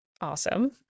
Awesome